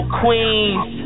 queens